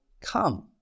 come